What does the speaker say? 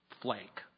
flake